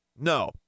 No